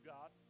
God